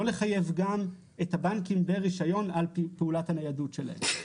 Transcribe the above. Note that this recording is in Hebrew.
לא לחייב גם את הבנקים ברישיון על פעולת הניידות שלהם.